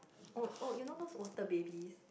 oh oh you know those water baby